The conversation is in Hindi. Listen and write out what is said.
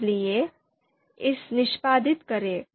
इसलिए इसे निष्पादित करें